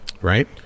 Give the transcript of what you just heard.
Right